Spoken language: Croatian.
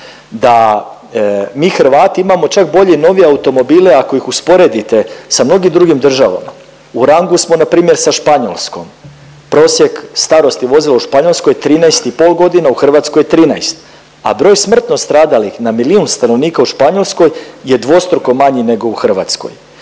da mi Hrvati imamo čak bolje i novije automobile ako ih usporedite sa mnogim drugim državama. U rangu smo npr. sa Španjolskom, prosjek starosti vozila u Španjolskoj 13,5 godina u Hrvatskoj 13, a broj smrtno stradalih na milijun stanovnika u Španjolskoj je dvostruko manji nego u Hrvatskoj.